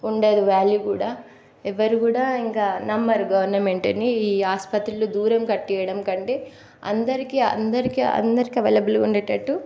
ఉండదు వ్యాల్యూ కూడా ఎవరు కూడా ఇంకా నమ్మరు గవర్నమెంట్ని ఈ ఆస్పత్రులు దూరం కట్టీయడం కంటే అందరికి అందరికి అందరికి అవైలబుల్గా ఉండేటట్టు